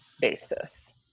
basis